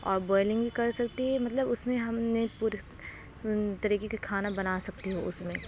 اور بوائلنگ بھی کر سکتے ہے مطلب اس میں ہم نے پوری طریقے کا کھانا بنا سکتی ہو اس میں